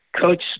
Coach